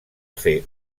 fer